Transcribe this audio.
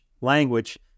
language